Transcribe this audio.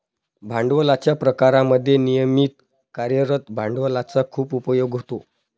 भांडवलाच्या प्रकारांमध्ये नियमित कार्यरत भांडवलाचा खूप उपयोग होतो